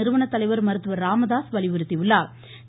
நிறுவனர் தலைவர் டாக்டர் ராமதாஸ் வலியுறுத்தியுள்ளா்